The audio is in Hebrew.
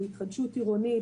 בהתחדשות עירונית,